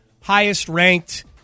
highest-ranked